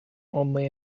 only